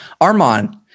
Armand